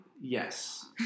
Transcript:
Yes